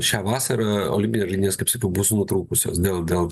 šią vasarą olimpinės žaidynės kaip sakiau bus nutrūkusios dėl dėl